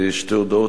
שתי הודעות,